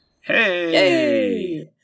Hey